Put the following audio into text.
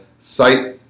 site